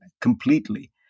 completely